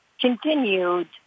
continued